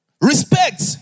Respect